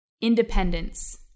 Independence